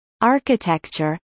architecture